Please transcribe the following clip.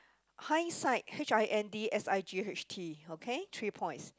hindsight H I N D S I G H T okay three points